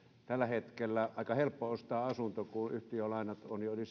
tällä hetkellä on aika helppoa ostaa asunto kun yhtiölainat ovat jo yli